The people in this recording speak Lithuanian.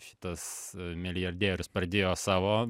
šitas milijardierius pradėjo savo